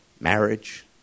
marriage